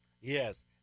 Yes